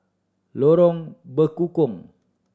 Lorong Bekukong